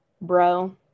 bro